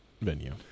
venue